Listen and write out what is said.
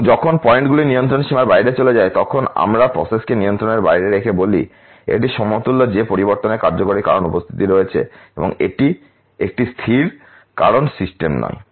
এবং যখন পয়েন্টগুলি নিয়ন্ত্রণের সীমার বাইরে চলে যায় তখন আমরা প্রসেসকে নিয়ন্ত্রণের বাইরে রেখে বলি এটির সমতুল্য যে পরিবর্তনের কার্যকরী কারণ উপস্থিত রয়েছে এবং এটি একটি স্থির কারণ সিস্টেম নয়